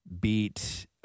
beat